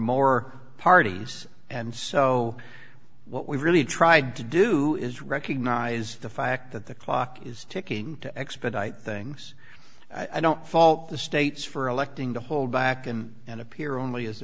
more parties and so what we've really tried to do is recognize the fact that the clock is ticking to expedite things i don't fault the states for electing to hold back in and appear only as a